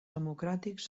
democràtics